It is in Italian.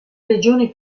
regione